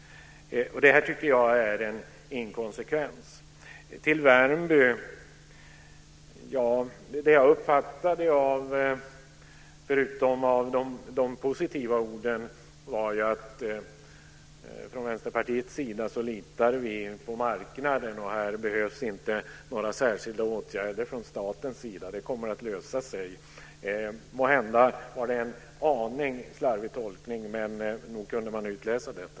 Det tycker jag är en inkonsekvens. Till Värmby vill jag säga att det jag uppfattade, förutom de positiva orden, var att man från Vänsterpartiets sida litar på marknaden. Här behövs inga särskilda åtgärder från statens sida. Det kommer att lösa sig. Måhända var det en aning slarvig tolkning, men nog kunde vi utläsa detta.